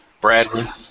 Bradley